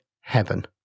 heaven